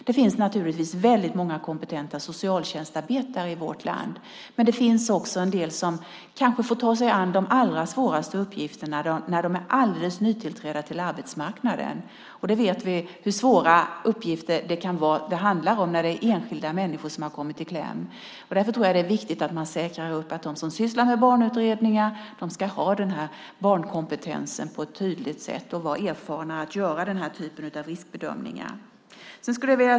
Det finns naturligtvis många kompetenta socialtjänstarbetare i vårt land, men det finns också en del som kanske får ta sig an de allra svåraste uppgifterna när de är alldeles nytillträdda på arbetsmarknaden. Vi vet hur svåra uppgifter det kan handla om när enskilda människor har kommit i kläm. Därför är det viktigt att säkra att de som sysslar med barnutredningar tydligt ska ha denna barnkompetens och ha erfarenhet i att göra den typen av riskbedömningar.